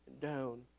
down